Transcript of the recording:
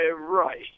right